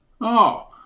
Oh